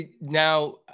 now –